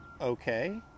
Okay